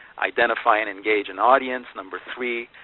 identify and engage an audience, number three.